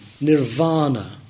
Nirvana